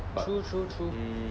true true true